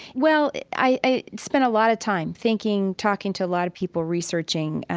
well, i spent a lot of time thinking, talking to a lot of people, researching.